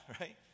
right